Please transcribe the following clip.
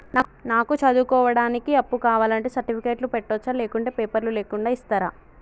నాకు చదువుకోవడానికి అప్పు కావాలంటే సర్టిఫికెట్లు పెట్టొచ్చా లేకుంటే పేపర్లు లేకుండా ఇస్తరా?